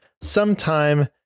sometime